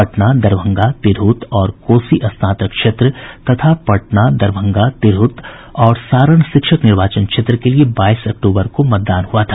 पटना दरभंगा तिरहुत और कोसी स्नातक क्षेत्र तथा पटना दरभंगा तिरहुत और सारण शिक्षक निर्वाचन क्षेत्र के लिये बाईस अक्टूबर को मतदान हुआ था